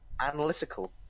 Analytical